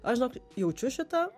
aš žinok jaučiu šitą